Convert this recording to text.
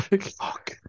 Fuck